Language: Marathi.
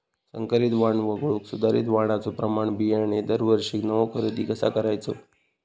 संकरित वाण वगळुक सुधारित वाणाचो प्रमाण बियाणे दरवर्षीक नवो खरेदी कसा करायचो?